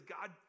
God